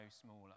smaller